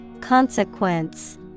Consequence